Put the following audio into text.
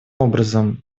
образом